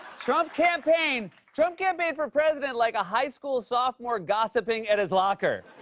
trump campaigned trump campaigned for president like a high school sophomore gossiping at his locker.